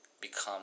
become